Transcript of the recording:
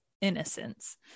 innocence